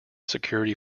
security